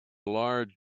large